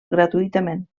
gratuïtament